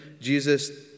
Jesus